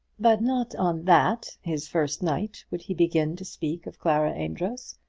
but not on that his first night would he begin to speak of clara amedroz.